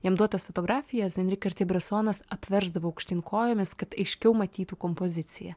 jam duotas fotografijas enri kartiė bresonas apversdavo aukštyn kojomis kad aiškiau matytų kompoziciją